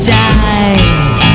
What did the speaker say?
died